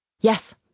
yes